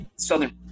southern